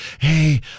Hey